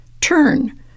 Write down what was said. Turn